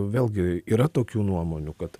vėlgi yra tokių nuomonių kad